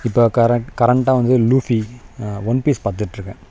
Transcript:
இப்போ கரண்ட் கரண்டாக வந்து லூஃபி ஒன்பீஸ் பார்த்துட்டு இருக்கேன்